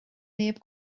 neb